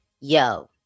yo